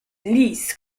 lis